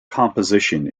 composition